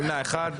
נמנע אחד.